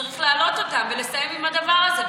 צריך להעלות אותם ולסיים עם הדבר הזה,